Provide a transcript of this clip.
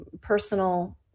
personal